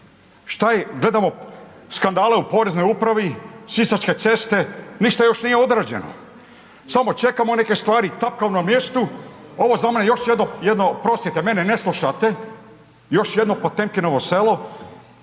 šta je, gledamo skandale u poreznoj upravi, sisačke ceste, ništa još nije odrađeno. Samo čekamo neke stvari, tapkamo na mjestu, ovo je za mene još jedno, oprostite mene ne slušate, još jedno Potemkinovo selo,